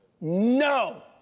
No